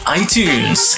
iTunes